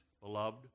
beloved